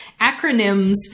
acronyms